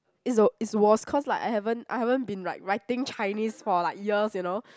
it's the it's was cause like I haven't I haven't been like writing Chinese for like years you know